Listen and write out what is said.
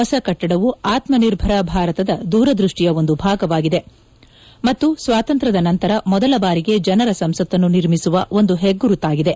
ಹೊಸ ಕಟ್ಟಡವು ಆತ್ಮ ನಿರ್ಭರ ಭಾರತದ ದೂರದ್ಬಷ್ಟಿಯ ಒಂದು ಭಾಗವಾಗಿದೆ ಮತ್ತು ಸ್ವಾತಂತ್ರ್ವದ ನಂತರ ಮೊದಲ ಬಾರಿಗೆ ಜನರ ಸಂಸತ್ತನ್ನು ನಿರ್ಮಿಸುವ ಒಂದು ಹೆಗ್ಗುರುತಾಗಿದೆ